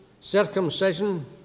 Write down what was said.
circumcision